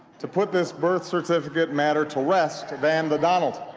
to put this birth certificate matter to rest than the donald.